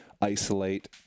isolate